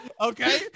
Okay